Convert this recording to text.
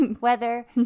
weather